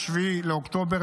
זה צבא.